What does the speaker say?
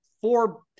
four